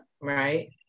Right